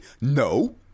no